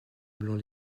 blanc